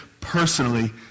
personally